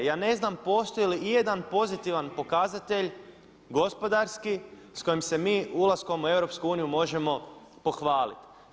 Ja ne znam postoji li ijedan pozitivan pokazatelj gospodarski s kojim se mi ulaskom u EU možemo pohvaliti.